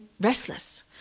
restless